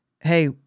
hey